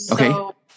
Okay